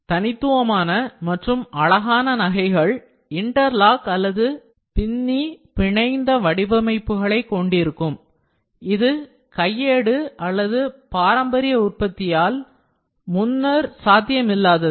தனித்துவமான மற்றும் அழகான நகைகள் இன்டர்லாக் அல்லது பின்னிப் பிணைந்த வடிவமைப்புகளைக் கொண்டிருக்கும் இது கையேடு அல்லது பாரம்பரிய உற்பத்தியால் முன்னர் சாத்தியமில்லாதது